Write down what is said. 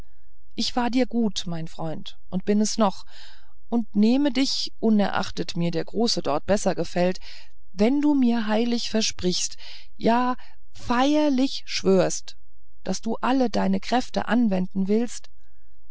ich war dir gut mein freund und bin es noch und nehme dich unerachtet mir der große dort besser gefällt wenn du mir heilig versprichst ja feierlich schwörst daß du alle deine kräfte anwenden willst